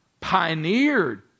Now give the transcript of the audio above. pioneered